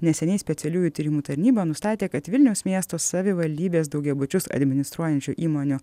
neseniai specialiųjų tyrimų tarnyba nustatė kad vilniaus miesto savivaldybės daugiabučius administruojančių įmonių